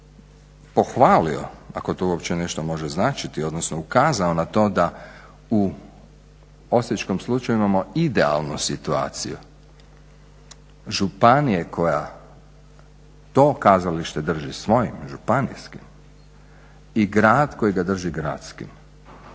sam pohvalio ako to išta uopće može značiti odnosno ukazao na to da u osječkom slučaju imamo idealnu situaciju županije koja to kazalište drži svojim županijskim i grad koji ga drži gradskim